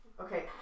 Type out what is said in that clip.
Okay